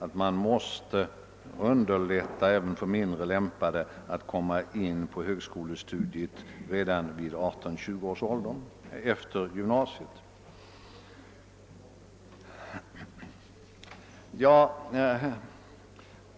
för att underlätta även för mindre lämpade att börja bedriva högskolestudier efter gymnasiet redan i 18—20-årsåldern.